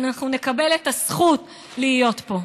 אנחנו נאבד את הזכות להיות פה.